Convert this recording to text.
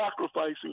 sacrificing